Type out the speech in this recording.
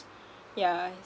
yeah